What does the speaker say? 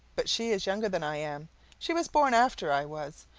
but she is younger than i am she was born after i was.